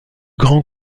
grand